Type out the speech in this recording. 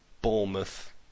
Bournemouth